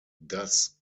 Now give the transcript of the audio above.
das